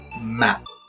massive